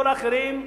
כל האחרים,